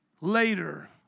later